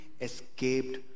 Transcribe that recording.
escaped